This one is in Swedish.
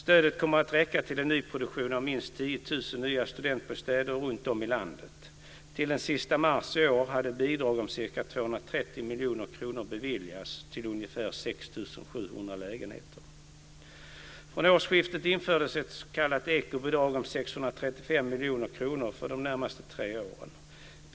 Stödet kommer att räcka till en nyproduktion av minst 10 000 miljoner kronor för de närmaste tre åren.